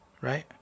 Right